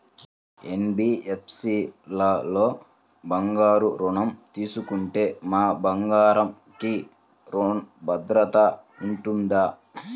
NBFC లలో బంగారు ఋణం తీసుకుంటే మా బంగారంకి భద్రత ఉంటుందా?